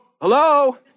hello